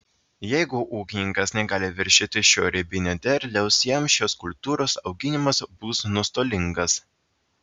jeigu ūkininkas negali viršyti šio ribinio derliaus jam šios kultūros auginimas bus nuostolingas